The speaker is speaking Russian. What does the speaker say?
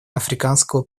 африканского